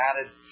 added